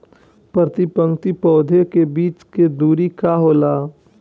प्रति पंक्ति पौधे के बीच के दुरी का होला?